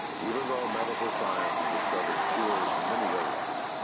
even though medical science has discovered cures to many illnesses,